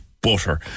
butter